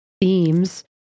themes